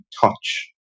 touch